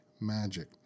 magic